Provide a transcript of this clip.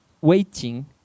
waiting